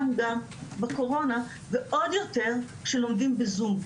גם בקורונה ועוד יותר שלומדים בזום.